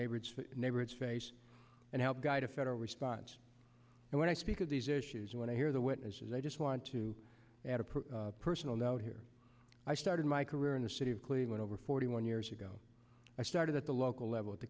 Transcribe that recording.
the neighborhoods face and help guide a federal response and when i speak of these issues when i hear the witnesses i just want to add a personal note here i started my career in the city of cleveland over forty one years ago i started at the local level at the